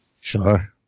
Sure